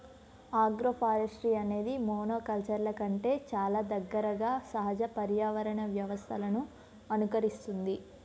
agroforestry అనేది మోనోకల్చర్ల కంటే చాలా దగ్గరగా సహజ పర్యావరణ వ్యవస్థలను అనుకరిస్తుంది